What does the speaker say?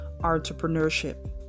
entrepreneurship